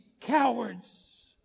cowards